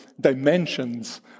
dimensions